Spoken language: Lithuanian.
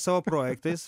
savo projektais